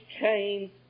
chains